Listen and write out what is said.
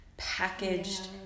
Packaged